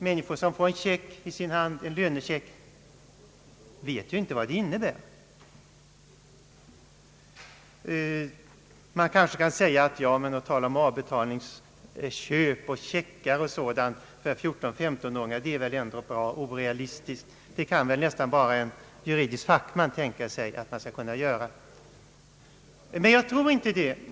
Människor som får en lönecheck i sin hand vet ibland inte vad den innebär. Man kanske säger att det ändå är orealistiskt att tala om avbetalningsköp och checkar för 14—15-åringar. Jag tror inte det.